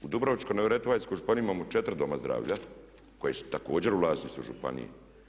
U Dubrovačko-neretvanskoj županiji imamo 4 doma zdravlja koja su također u vlasništvu županije.